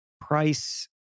price